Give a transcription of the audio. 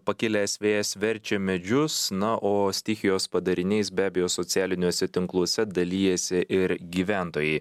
pakilęs vėjas verčia medžius na o stichijos padariniais be abejo socialiniuose tinkluose dalijasi ir gyventojai